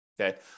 Okay